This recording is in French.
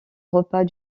repas